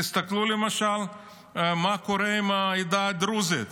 תסתכלו למשל מה קורה עם העדה הדרוזית.